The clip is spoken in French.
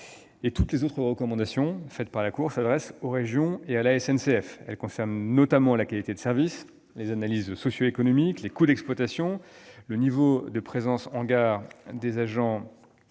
Toutes les autres recommandations de la Cour s'adressent aux régions et à la SNCF. Elles concernent notamment la qualité du service, les analyses socioéconomiques, les coûts d'exploitation, le niveau de présence des agents en